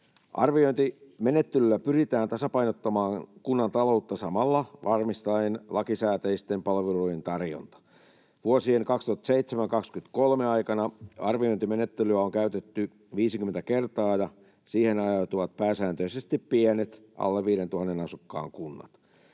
Arviointimenettelyllä pyritään tasapainottamaan kunnan taloutta samalla varmistaen lakisääteisten palveluiden tarjonta. Vuosien 2007—2023 aikana arviointimenettelyä on käytetty 50 kertaa, ja siihen ajautuivat pääsääntöisesti pienet, alle 5 000 asukkaan kunnat.